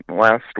last